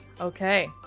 Okay